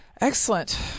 Excellent